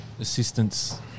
assistance